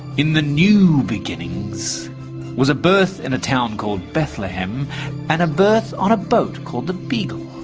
in the new beginnings was a birth in a town called bethlehem and a berth on a boat called the beagle.